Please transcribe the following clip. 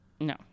No